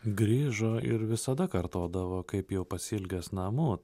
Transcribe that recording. grįžo ir visada kartodavo kaip jau pasiilgęs namų